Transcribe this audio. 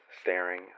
Staring